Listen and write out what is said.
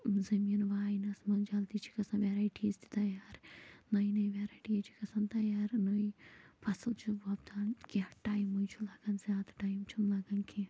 زٔمیٖن واینَس وۅنۍ جلدٕے چھِ گَژھان ویرایٹیٖز تہِ تیار نٔے نٔے ویرایٹیٖز چھِ گژھان تیار نٔے فصٕل چھِ وۅپدان کیٚنٛہہ ٹایِمٕے چھُ لَگان زیادٕ ٹایِم چھُنہٕ لَگان کیٚنٛہہ